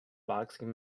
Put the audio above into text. boxing